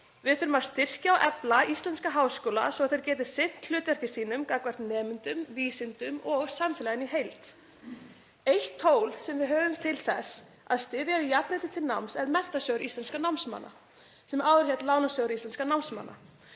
Við þurfum að styrkja og efla íslenska háskóla svo þeir geti sinnt hlutverki sínu gagnvart nemendum, vísindum og samfélaginu í heild. Eitt tól sem við höfum til þess að styðja við jafnrétti til náms er Menntasjóður námsmanna sem áður hét Lánasjóður íslenskra námsmanna.